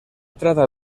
trata